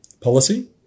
policy